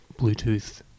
Bluetooth